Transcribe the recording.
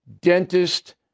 dentist